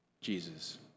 Jesus